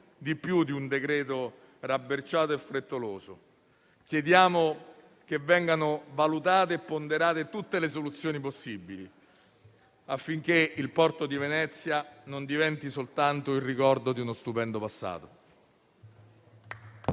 di più di un decreto-legge rabberciato e frettoloso; chiediamo che vengano valutate e ponderate tutte le soluzioni possibili, affinché il porto di Venezia non diventi soltanto il ricordo di uno stupendo passato.